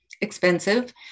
expensive